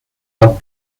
hat